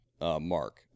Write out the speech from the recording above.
mark